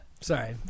Sorry